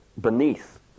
beneath